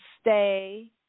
Stay